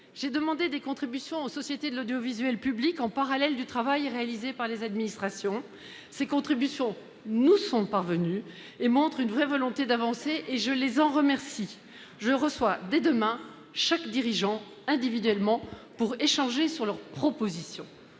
j'ai demandé des contributions aux sociétés de l'audiovisuel public en parallèle du travail réalisé par les administrations. Ces contributions nous sont parvenues et montrent une vraie volonté d'avancer. Je les en remercie ! Dès demain, je recevrai d'ailleurs individuellement chaque dirigeant pour échanger sur ces propositions.